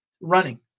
running